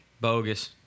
Bogus